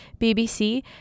BBC